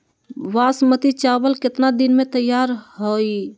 बासमती चावल केतना दिन में तयार होई?